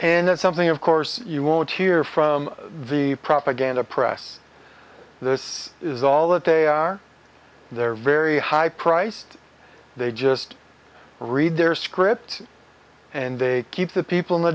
and that's something of course you won't hear from the propaganda press this is all that they are they're very high priced they just read their script and they keep the people in the